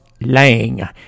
Lang